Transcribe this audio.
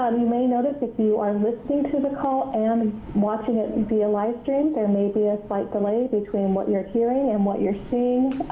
you may notice if you are listening to the call and watching it via livestream, there may be a slight delay between what you're hearing and what you're seeing.